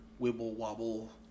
wibble-wobble